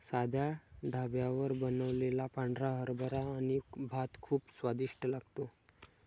साध्या ढाब्यावर बनवलेला पांढरा हरभरा आणि भात खूप स्वादिष्ट लागतो